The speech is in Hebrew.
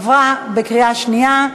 עברה בקריאה שנייה.